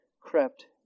crept